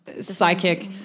psychic